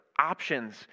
options